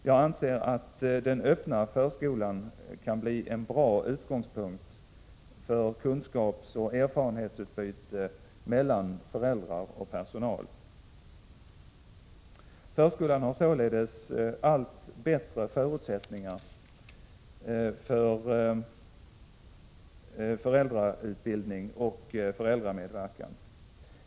Jag anser att den öppna förskolan kan bli en bra utgångspunkt för kunskapsoch erfarenhetsutbyte mellan föräldrar och personal. Förskolan har således allt bättre förutsättningar för föräldrautbildning och föräldramedverkan.